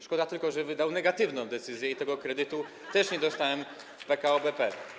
Szkoda tylko, że wydał negatywną decyzję i tego kredytu nie dostałem też w PKO BP.